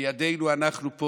בידינו אנחנו פה,